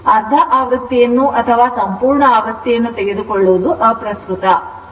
ಅರ್ಧಆವೃತ್ತಿಯನ್ನುಅಥವಾ ಸಂಪೂರ್ಣ ಆವೃತ್ತಿಯನ್ನುತೆಗೆದುಕೊಳ್ಳುವುದು ಅಪ್ರಸ್ತುತ